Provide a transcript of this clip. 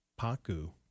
Paku